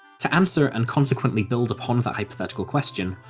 to answer, and consequently build upon that hypothetical question,